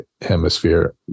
hemisphere